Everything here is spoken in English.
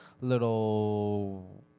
little